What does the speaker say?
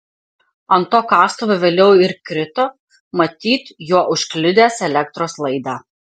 ant to kastuvo vėliau ir krito matyt juo užkliudęs elektros laidą